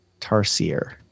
Tarsier